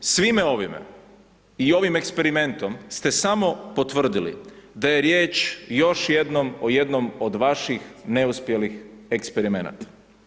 Svime ovime i ovim eksperimentom ste samo potvrdili da je riječ još jednom o jednom od vaših neuspjelih eksperimenata.